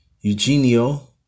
Eugenio